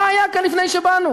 מה היה כאן לפני שבאנו?